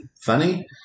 Funny